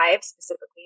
specifically